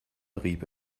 rieb